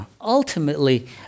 ultimately